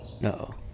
No